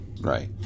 right